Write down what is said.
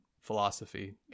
philosophy